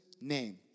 name